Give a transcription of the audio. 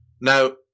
Now